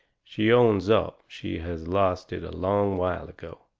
she owns up she has lost it a long while ago.